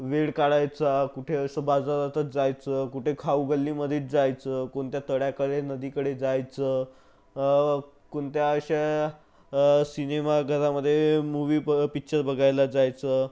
वेळ काढायचा कुठे असं बाजारातच जायचं कुठे खाऊ गल्लीमध्येच जायचं कोणत्या तळ्याकडे नदीकडे जायचं कोणत्या अशा सिनेमा घरामधे मूव्ही प पिक्चर बघायला जायचं